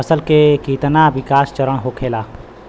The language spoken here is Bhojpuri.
फसल के कितना विकास चरण होखेला?